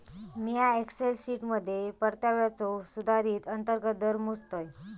मिया एक्सेल शीटमध्ये परताव्याचो सुधारित अंतर्गत दर मोजतय